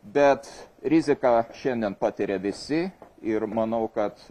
bet riziką šiandien patiria visi ir manau kad